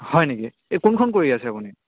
হয় নেকি এই কোনখন কৰি আছে আপুনি